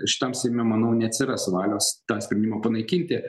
šitam seime manau neatsiras valios tą sprendimą panaikinti